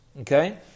Okay